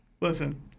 Listen